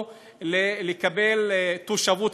או לקבל תושבות,